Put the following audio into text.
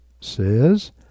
says